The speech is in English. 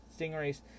Stingrays